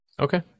Okay